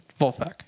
Wolfpack